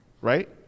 Right